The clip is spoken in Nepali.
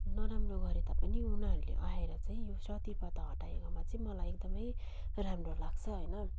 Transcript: नराम्रो गरे तापनि उनाहरूले आएर चाहिँ यो सती प्रथा हटाएकोमा चाहिँ मलाई एकदमै राम्रो लाग्छ होइन